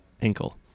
ankle